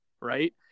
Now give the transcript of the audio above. right